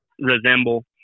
resemble